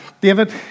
David